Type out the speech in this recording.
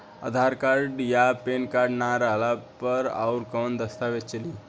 आधार card आ PAN card ना रहला पर अउरकवन दस्तावेज चली?